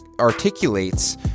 articulates